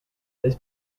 this